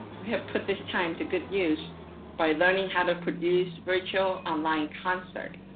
we have put this time to good use by learning how to produce virtual online concert.